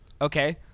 Okay